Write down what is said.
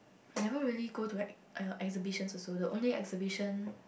I never really go to like uh exhibitions also the only exhibition